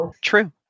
True